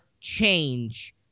change